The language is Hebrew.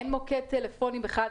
אין מוקד טלפוני בכלל.